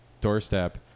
doorstep